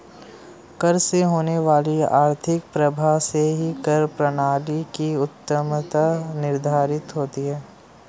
कर से होने वाले आर्थिक प्रभाव से ही कर प्रणाली की उत्तमत्ता निर्धारित होती है